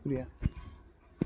شُکرِیہ